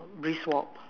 brisk walk